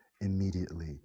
immediately